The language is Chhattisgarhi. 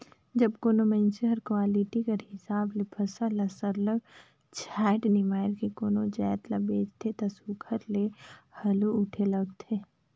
जब कोनो मइनसे हर क्वालिटी कर हिसाब ले फसल ल सरलग छांएट निमाएर के कोनो जाएत ल बेंचथे ता सुग्घर ले हालु उठे लगथे